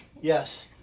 Yes